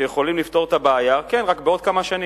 שיכולים לפתור את הבעיה, כן, רק בעוד כמה שנים.